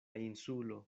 insulo